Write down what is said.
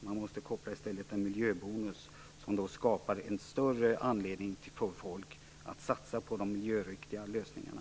Man måste i stället koppla till en miljöbonus som skapar en större anledning för folk att satsa på de miljöriktiga lösningarna.